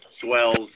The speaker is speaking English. swells